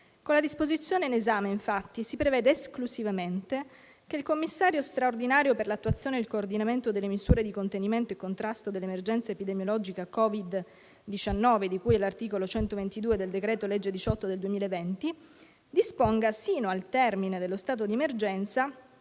Con la disposizione in esame, infatti, si prevede esclusivamente che il commissario straordinario per l'attuazione e il coordinamento delle misure occorrenti per il contenimento e il contrasto dell'emergenza epidemiologica Covid-19, di cui all'articolo 122 del decreto-legge n. 18 del 2020, disponga sino al termine dello stato d'emergenza